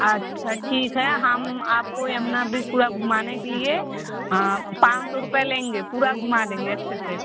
अच्छा ठीक है हम आपको यमुना ब्रिज पूरा घुमाने के लिए पाँच सौ रुपये लेंगे पूरा घुमा देंगे अच्छे से